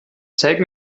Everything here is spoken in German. zeige